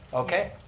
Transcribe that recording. okay,